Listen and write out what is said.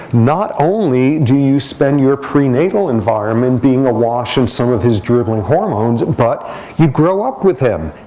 not only do you spend your prenatal environment being awash in some of his dribbling hormones, but you grow up with him.